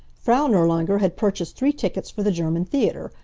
frau nirlanger had purchased three tickets for the german theater,